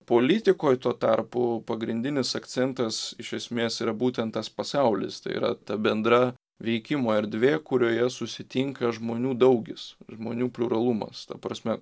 politikoj tuo tarpu pagrindinis akcentas iš esmės yra būtent tas pasaulis yra ta bendra veikimo erdvė kurioje susitinka žmonių daugis žmonių pliuralumas ta prasme